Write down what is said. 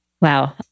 wow